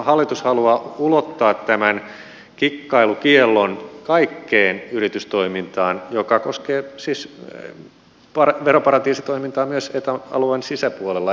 hallitus haluaa ulottaa tämän kikkailukiellon kaikkeen yritystoimintaan mikä koskee siis veroparatiisitoimintaa myös eta alueen sisäpuolella